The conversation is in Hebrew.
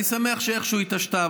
אני שמח שהיא איכשהו התעשתה.